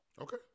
Okay